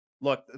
look